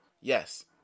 yes